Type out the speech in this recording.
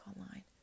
online